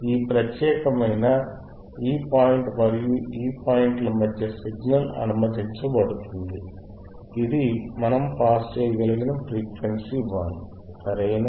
ఈ ప్రత్యేకమైన ఈ పాయింట్ మరియు ఈ పాయింట్ల మధ్య సిగ్నల్ అనుమతించబడుతుంది ఇది మనం పాస్ చేయగల ఫ్రీక్వెన్సీ బ్యాండ్ సరియేనా